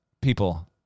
people